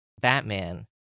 Batman